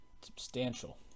substantial